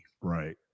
right